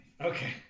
Okay